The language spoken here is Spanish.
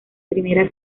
primeras